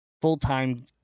full-time